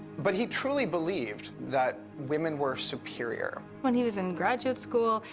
but he truly believed that women were superior. when he was in graduate school,